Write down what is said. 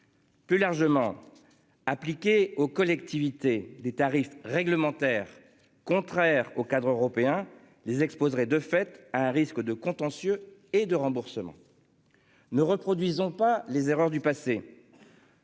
Plus largement. Appliquées aux collectivités des tarifs réglementaires contraires au cadre européen les exposerai de fait à un risque de contentieux et de remboursement. Ne reproduisons pas les erreurs du passé.--